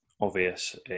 obvious